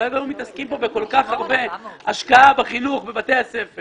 הלוואי שהיו מתעסקים פה בכל כך הרבה השקעה בחינוך בבתי הספר